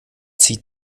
zieht